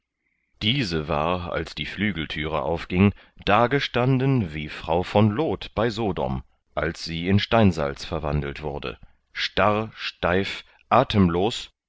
diese war als die flügeltüre aufging dagestanden wie frau von loth bei sodom als sie in steinsalz verwandelt wurde starr steif atemlos